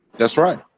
that's right.